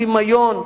הדמיון,